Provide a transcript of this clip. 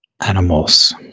Animals